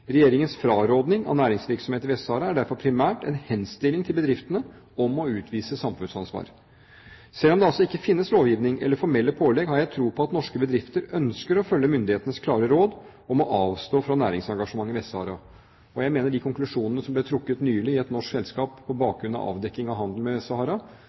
Regjeringens frarådning av næringsvirksomhet i Vest-Sahara er derfor primært en henstilling til bedriftene om å utvise samfunnsansvar. Selv om det altså ikke finnes lovgivning eller formelle pålegg, har jeg tro på at norske bedrifter ønsker å følge myndighetenes klare råd om å avstå fra næringsengasjement i Vest-Sahara. Og jeg mener at de konklusjonene som ble trukket nylig i et norsk selskap på bakgrunn av avdekking av handel med